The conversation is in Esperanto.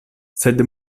sed